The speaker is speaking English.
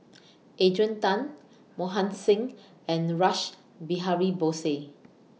Adrian Tan Mohan Singh and Rash Behari Bose